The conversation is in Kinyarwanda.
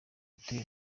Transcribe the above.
utuye